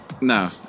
no